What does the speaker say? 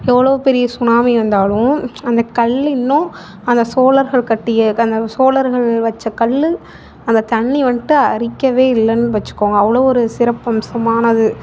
எவ்வளோ பெரிய சுனாமி வந்தாலும் அந்த கல் இன்னும் அந்த சோழர்கள் கட்டிய அந்த சோழர்கள் வச்ச கல் அந்த தண்ணி வந்துட்டு அரிக்கவே இல்லைன்னு வச்சுக்கோங்க அவ்வளோ ஒரு சிறப்பம்சமானது